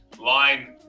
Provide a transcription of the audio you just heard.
Line